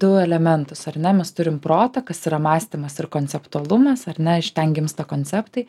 du elementus ar mes turim protą kas yra mąstymas ir konceptualumas ar ne iš ten gimsta konceptai